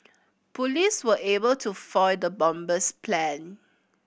police were able to foil the bomber's plan